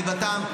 בליבתם.